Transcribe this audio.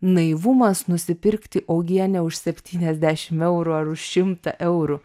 naivumas nusipirkti uogienę už septyniasdešim eurų ar už šimtą eurų